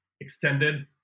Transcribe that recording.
extended